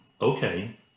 okay